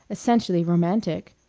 essentially romantic!